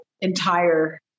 entire